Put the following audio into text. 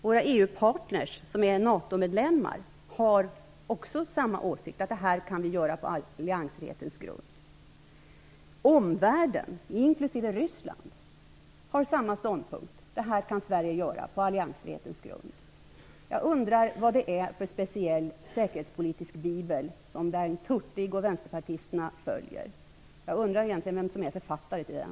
Våra EU-partner som är NATO-medlemmar har också samma åsikt, dvs. att vi kan göra det här på alliansfrihetens grund. Omvärlden, inklusive Ryssland, har samma ståndpunkt, dvs. att Sverige kan göra det här på alliansfrihetens grund. Jag undrar vad det är för speciell säkerhetspolitisk bibel Bengt Hurtig och vänsterpartisterna följer. Jag undrar vem som egentligen är författare till den.